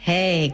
Hey